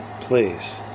please